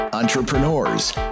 Entrepreneurs